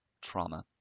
trauma